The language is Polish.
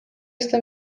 jestem